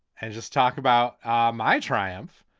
and just talk about my triumph,